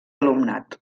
alumnat